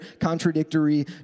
contradictory